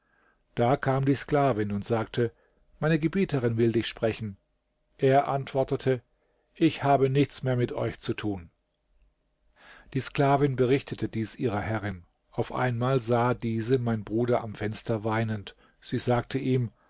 da kam die sklavin und sagte meine gebieterin will dich sprechen er antwortete ich habe nichts mehr mit euch zu tun die sklavin berichtete dies ihrer herrin auf einmal sah diese mein bruder am fenster weinend sie sagte ihm